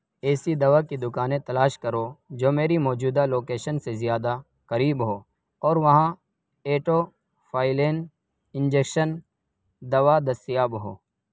ایسی دوا کی دکانیں تلاش کرو جو میری موجودہ لوکیشن سے زیادہ قریب ہو اور وہاں ایٹوفائلین انجیکشن دوا دستیاب ہو